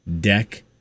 Deck